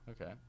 Okay